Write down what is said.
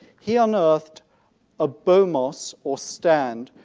he unearthed a bomos, or stand,